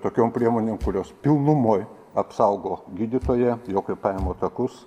tokiom priemonėm kurios pilnumoj apsaugo gydytoją jo kvėpavimo takus